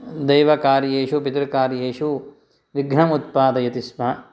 देवकार्येषु पितृकार्येषु विघ्नम् उत्पादयति स्म